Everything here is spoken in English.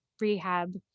rehab